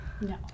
No